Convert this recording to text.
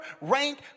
rank